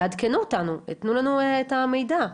תעדכנו אותנו, תנו לנו את המידע.